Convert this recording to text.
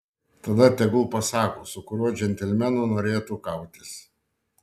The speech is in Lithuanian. tada tegul pasako su kuriuo džentelmenu norėtų kautis